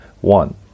One